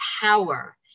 power